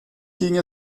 ging